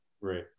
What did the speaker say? Right